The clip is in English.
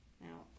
Now